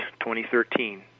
2013